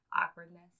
awkwardness